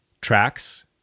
tracks